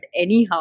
anyhow